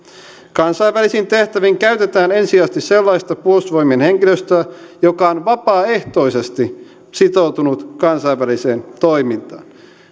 kansainvälisiin tehtäviin käytetään ensisijaisesti sellaista puolustusvoimien henkilöstöä joka on vapaaehtoisesti sitoutunut kansainväliseen toimintaan